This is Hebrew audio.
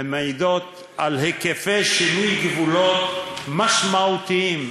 המעידות על היקפי שינוי גבולות משמעותיים,